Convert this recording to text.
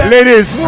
Ladies